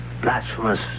blasphemous